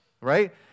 right